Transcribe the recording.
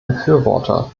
befürworter